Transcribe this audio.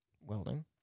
Welding